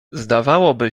zdawałoby